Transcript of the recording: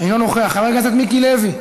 אינו נוכח, חבר הכנסת מיקי לוי,